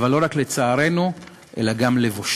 אבל לא רק לצערנו אלא גם לבושתנו.